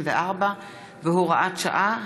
54 והוראת שעה),